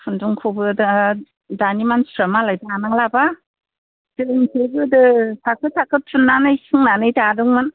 खुन्दुंखौबो दा दानि मानसिफ्रा मालाय दानांला बा जोंसो गोदो थाखो थाखो थुन्नानै सोंनानै दादोंमोन